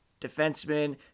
defenseman